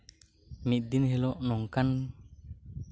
ᱢᱤᱫ ᱫᱤᱱ ᱦᱤᱞᱳᱜ ᱱᱚᱝᱠᱟᱱ